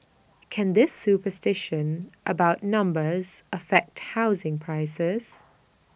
can this superstition about numbers affect housing prices